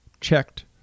checked